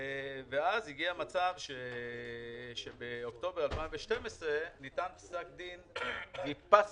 ואז הגיע מצב שבאוקטובר 2012 ניתן פסק דין ויפאסנה,